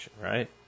right